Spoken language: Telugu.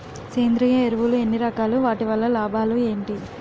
సేంద్రీయ ఎరువులు ఎన్ని రకాలు? వాటి వల్ల లాభాలు ఏంటి?